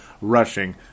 rushing